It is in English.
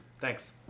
thanks